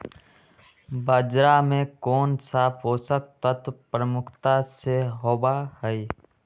बाजरा में कौन सा पोषक तत्व प्रमुखता से होबा हई?